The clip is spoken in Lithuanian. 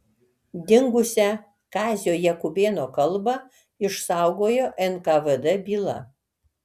dingusią kazio jakubėno kalbą išsaugojo nkvd byla